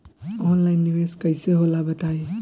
Online निवेस कइसे होला बताईं?